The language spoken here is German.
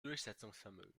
durchsetzungsvermögen